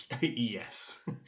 Yes